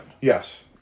Yes